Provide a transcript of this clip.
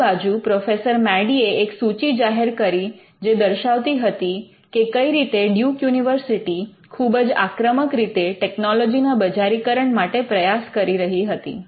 બીજી બાજુ પ્રોફેસર મેડીએ એક સૂચિ જાહેર કરી જે દર્શાવતી હતી કે કઈ રીતે ડ્યૂક યુનિવર્સિટી ખુબ જ આક્રમક રીતે ટેકનોલોજીના બજારીકરણ માટે પ્રયાસ કરી રહી હતી